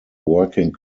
working